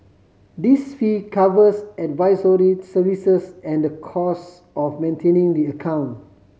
this fee covers advisory services and the cost of maintaining the account